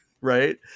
Right